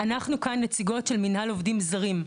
אנחנו כאן נציגות של מנהל עובדים זרים,